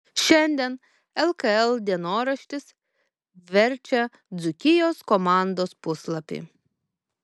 šiandien lkl dienoraštis verčia dzūkijos komandos puslapį